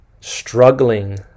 struggling